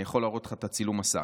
אני יכול להראות לך את צילום המסך.